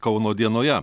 kauno dienoje